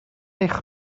eich